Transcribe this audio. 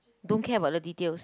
don't care about the details